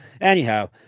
Anyhow